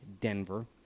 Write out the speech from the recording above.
Denver